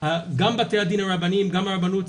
גם בית הדין הרבני וגם הרבנות,